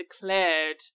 declared